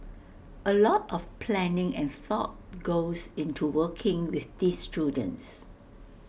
A lot of planning and thought goes into working with these students